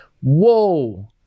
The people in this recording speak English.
Whoa